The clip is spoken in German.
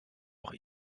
auch